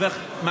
לא שמעתי.